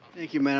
thank you mme. and